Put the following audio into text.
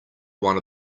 one